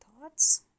thoughts